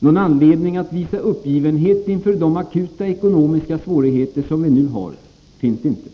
Någon anledning att visa uppgivenhet inför de akuta ekonomiska svårigheter som vi nu har finns inte.